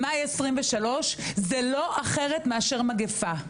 במאי 23, זה לא אחרת מאשר מגפה.